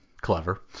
clever